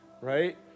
right